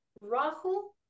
Rahu